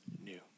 new